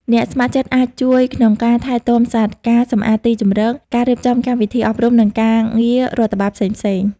អ្នកស្ម័គ្រចិត្តអាចជួយក្នុងការថែទាំសត្វ ការសម្អាតទីជម្រក ការរៀបចំកម្មវិធីអប់រំ និងការងាររដ្ឋបាលផ្សេងៗ។